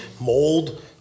mold